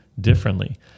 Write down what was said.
differently